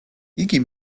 იგი